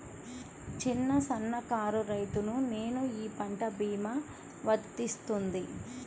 చిన్న సన్న కారు రైతును నేను ఈ పంట భీమా వర్తిస్తుంది?